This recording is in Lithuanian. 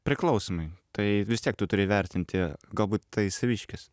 priklausomai tai vis tiek tu turi įvertinti galbūt tai saviškis